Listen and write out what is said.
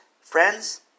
friends